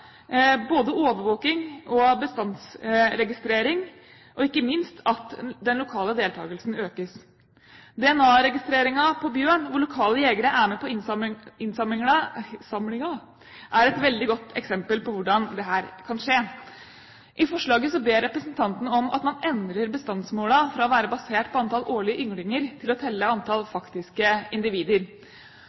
både overvåking og bestandsregistrering og, ikke minst, av at den lokale deltakelsen økes. DNA-registreringen av bjørn, hvor lokale jegere er med på innsamlingen, er et veldig godt eksempel på hvordan dette kan skje. I forslaget ber representantene om at man endrer bestandsmålene fra å være basert på antall årlige ynglinger til å telle antall faktiske individer.